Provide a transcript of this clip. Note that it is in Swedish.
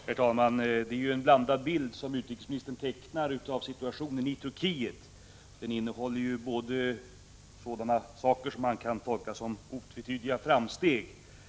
Herr talman! Den bild av situationen i Turkiet som utrikesministern tecknar är inte entydig. Den innehåller å ena sidan sådant som kan tolkas som otvetydiga framsteg.